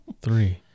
Three